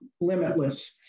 limitless